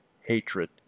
hatred